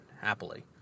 happily